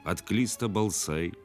atklysta balsai